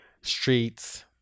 streets